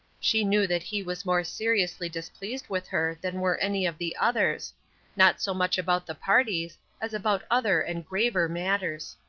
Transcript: she knew that he was more seriously displeased with her than were any of the others not so much about the parties as about other and graver matters.